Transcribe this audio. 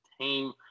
team